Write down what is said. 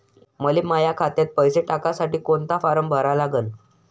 मले माह्या खात्यात पैसे टाकासाठी कोंता फारम भरा लागन?